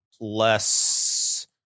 less